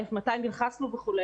מתי נלחצנו וכו',